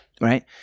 right